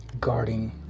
guarding